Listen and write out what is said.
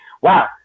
wow